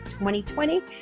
2020